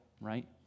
right